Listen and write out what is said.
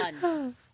done